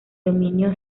dominio